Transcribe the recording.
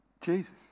Jesus